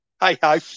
Hey-ho